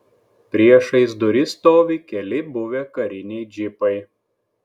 priešais duris stovi keli buvę kariniai džipai